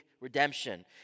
redemption